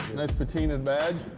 nice patina'd badge.